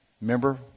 Remember